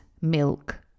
milk